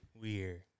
Weird